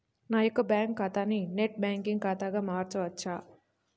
నా యొక్క బ్యాంకు ఖాతాని నెట్ బ్యాంకింగ్ ఖాతాగా మార్చవచ్చా?